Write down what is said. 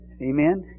Amen